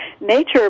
nature